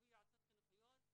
בליווי יועצות חינוכיות,